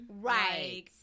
Right